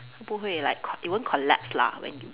不会 like co~ it won't collapse lah when you